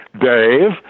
Dave